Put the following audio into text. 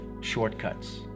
shortcuts